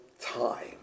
time